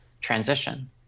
transition